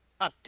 update